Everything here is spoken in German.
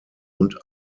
und